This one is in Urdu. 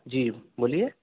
جی بولیے